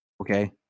Okay